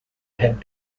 had